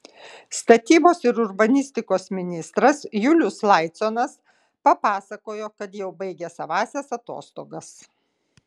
statybos ir urbanistikos ministras julius laiconas papasakojo kad jau baigė savąsias atostogas